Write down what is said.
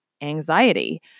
anxiety